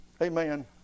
Amen